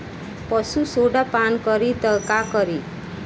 पशु सोडा पान करी त का करी?